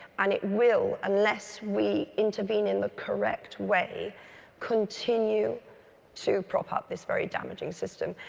and it will unless we intervene in the correct way continue to prop up this very damaging system.